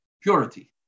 purity